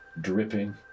dripping